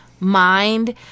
Mind